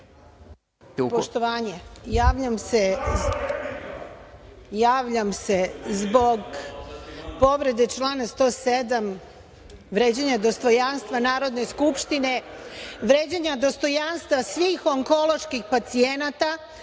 Poštovanje, javljam se zbog povreda člana 107, vređanja dostojanstva Narodne skupštine, vređanja dostojanstva svih onkoloških pacijenata,